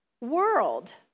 world